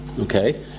okay